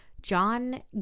John